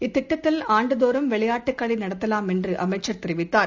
இத்திட்டத்தில் ஆண்டுதோறும் விளையாட்டுக்களைநடத்தலாம் என்றுஅமைச்சர் தெரிவித்தார்